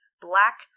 black